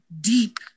deep